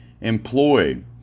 employed